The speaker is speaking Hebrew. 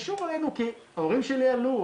כי ההורים שלי עלו,